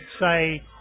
say